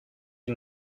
you